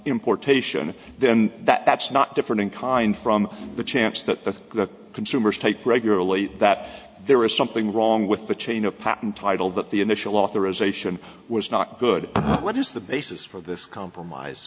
importation then that that's not different in kind from the chance that the consumers take regularly that there is something wrong with the chain of patent title that the initial authorization was not good what is the basis for this compromise